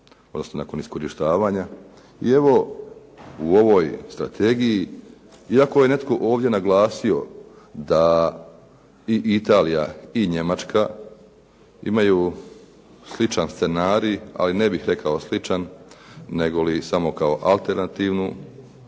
odnosno nakon iskorištavanja i evo u ovoj strategiji iako je netko ovdje naglasio da i Italija i Njemačka imaju sličan scenarij, ali ne bih rekao sličan, negoli samo kao alternativnu